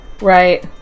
right